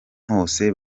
hose